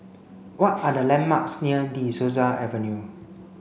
what are the landmarks near De Souza Avenue